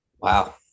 Wow